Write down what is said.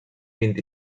vint